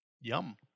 Yum